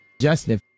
Justin